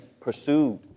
pursued